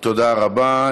תודה רבה.